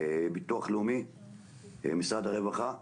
ביטוח לאומי ומשרד הרווחה,